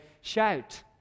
Shout